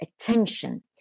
attention